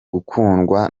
gukundwa